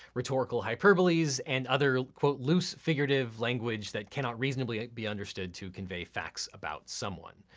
rhetorical hyperboles and other, quote, loose figurative language that cannot reasonably be understood to convey facts about someone.